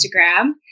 Instagram